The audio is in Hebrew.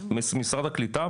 משרד הקליטה?